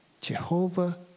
Jehovah